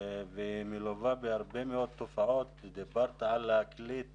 ומלווה בהרבה מאוד תופעות, דיברת על להקליט